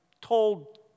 told